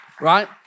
Right